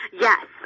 Yes